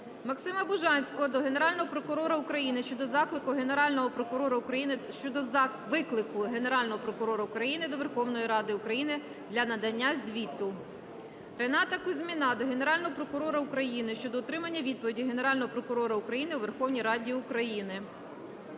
Максима Бужанського до Генерального прокурора України щодо виклику Генерального прокурора України до Верховної Ради України для надання звіту. Рената Кузьміна до Генерального прокурора України щодо отримання відповіді Генерального прокурора України у Верховній Раді України.